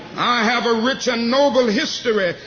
have a rich and noble history,